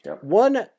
One